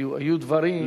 היו דברים,